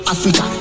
Africa